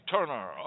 Turner